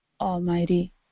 Almighty